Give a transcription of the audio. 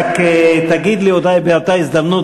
רק תגיד לי אתה באותה הזדמנות,